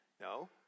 No